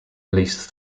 release